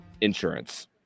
insurance